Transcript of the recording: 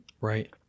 Right